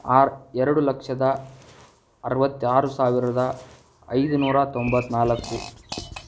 ಆರು ಎರಡು ಲಕ್ಷದ ಅರವತ್ತಾರು ಸಾವಿರದ ಐದು ನೂರ ತೊಂಬತ್ತ್ನಾಲ್ಕು